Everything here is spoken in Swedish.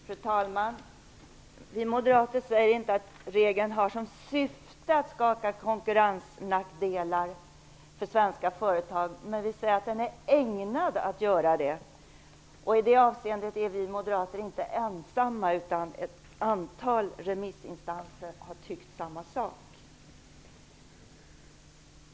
Fru talman! Vi Moderater säger inte att regeln har som syfte att skapa konkurrensnackdelar för svenska företag, men vi säger att den är ägnad att göra det. I det avseendet är vi moderater inte ensamma - ett antal remissinstanser har tyckt samma sak.